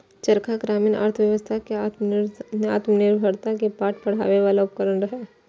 चरखा ग्रामीण अर्थव्यवस्था कें आत्मनिर्भरता के पाठ पढ़बै बला उपकरण रहै